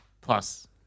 Plus